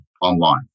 online